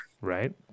Right